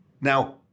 Now